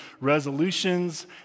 resolutions